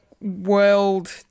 world